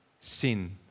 sin